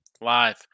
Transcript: live